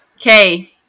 Okay